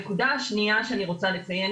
הנקודה השנייה שאני רוצה לציין,